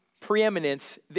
preeminence